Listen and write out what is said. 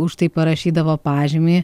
už tai parašydavo pažymį